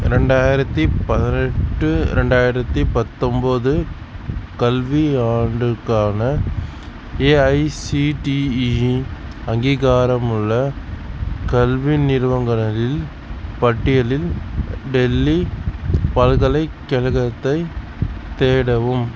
ரெண்டாயிரத்தி பதினெட்டு ரெண்டாயிரத்தி பத்தொன்போது கல்வி ஆண்டுக்கான ஏஐசிடிஇ அங்கீகாரமுள்ள கல்வி நிறுவங்களில் பட்டியலில் டெல்லி பல்கலைக்கழகத்தைத் தேடவும்